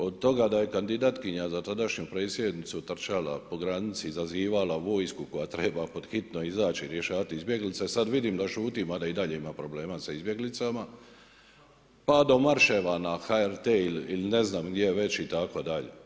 Od toga da je kandidatkinja, za tadašnju predsjednicu trčala po granici, izazivala vojsku koja treba pod hitno izaći i rješavati izbjeglice, sad vidim da šuti, ma da i dalje ima problema sa izbjeglicama, pa do marševa na HRT ili ne znam gdje već, itd.